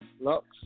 Lux